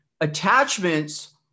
Attachments